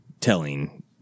telling